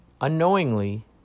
unknowingly